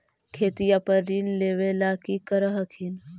खेतिया पर ऋण लेबे ला की कर हखिन?